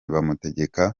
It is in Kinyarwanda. bamutegeka